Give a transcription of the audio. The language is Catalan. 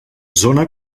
zona